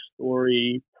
story